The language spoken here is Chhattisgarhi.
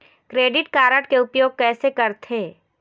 क्रेडिट कारड के उपयोग कैसे करथे?